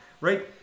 right